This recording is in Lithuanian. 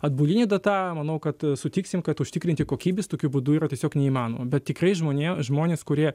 atbuline data manau kad sutiksim kad užtikrinti kokybės tokiu būdu yra tiesiog neįmanoma bet tikrai žmonija žmonės kurie